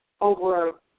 over